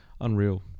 Unreal